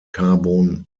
carbon